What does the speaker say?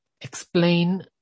explain